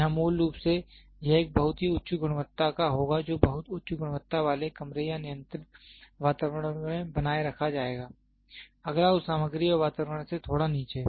तो यहाँ मूल रूप से यह एक बहुत ही उच्च गुणवत्ता का होगा जो बहुत उच्च गुणवत्ता वाले कमरे या नियंत्रित वातावरण में बनाए रखा जाएगा अगला उस सामग्री और वातावरण से थोड़ा नीचे